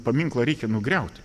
paminklą reikia nugriauti